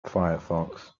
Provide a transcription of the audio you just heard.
firefox